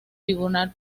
tribunal